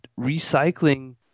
recycling